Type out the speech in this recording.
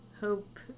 Hope